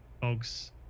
folks